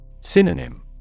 Synonym